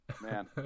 Man